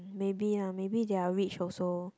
maybe ah maybe they're rich also